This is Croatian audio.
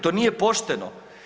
To nije pošteno.